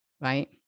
right